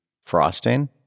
frosting